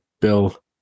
Bill